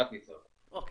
אוקיי,